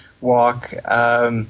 walk –